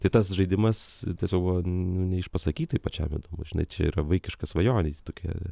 tai tas žaidimas tiesiog buvo nu neišpasakytai pačiam įdomu žinai čia yra vaikiška svajonė ji tokia